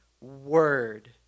word